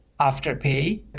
Afterpay